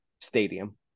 stadium